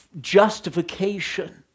justification